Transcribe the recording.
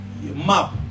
map